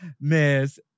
Miss